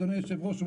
אדוני היושב-ראש,